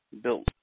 built